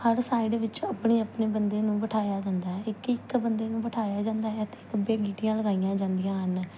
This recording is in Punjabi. ਹਰ ਸਾਈਡ ਵਿੱਚ ਆਪਣੇ ਆਪਣੇ ਬੰਦੇ ਨੂੰ ਬਿਠਾਇਆ ਜਾਂਦਾ ਹੈ ਇੱਕ ਇੱਕ ਬੰਦੇ ਨੂੰ ਬਿਠਾਇਆ ਜਾਂਦਾ ਹੈ ਤੇ ਗੱਬੇ ਗੀਟੀਆਂ ਲਗਾਈਆਂ ਜਾਂਦੀਆਂ ਹਨ